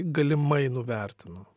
galimai nuvertino